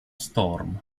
storm